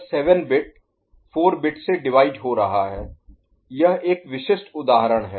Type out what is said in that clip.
तो यह 7 bit 4 bit से डिवाइड हो रहा है यह एक विशिष्ट उदाहरण है